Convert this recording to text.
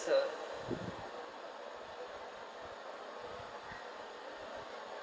so